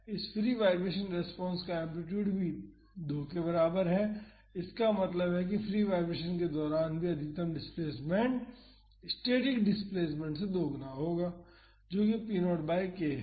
इस free vibration response का amplitude भी 2 के बराबर है इसका मतलब है कि फ्री वाईब्रेशन के दौरान भी अधिकतम डिस्प्लेस्मेंट स्टैटिक डिस्प्लेसमेंट से दोगुना होगा जो कि p0 बाई k है